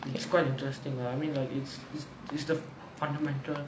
it's quite interesting lah I mean like it's it's it's the fundamental